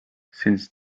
since